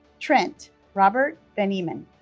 trent robert van emon